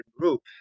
group